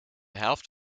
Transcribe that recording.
helft